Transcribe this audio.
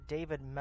David